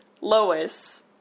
Lois